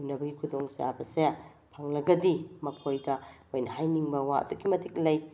ꯎꯟꯅꯕꯒꯤ ꯈꯨꯗꯣꯡ ꯆꯥꯕꯁꯦ ꯐꯪꯂꯒꯗꯤ ꯃꯈꯣꯏꯗ ꯑꯩꯈꯣꯏꯅ ꯍꯥꯏꯅꯤꯡꯕ ꯋꯥ ꯑꯗꯨꯛꯀꯤ ꯃꯇꯤꯛ ꯂꯩ